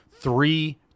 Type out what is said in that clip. three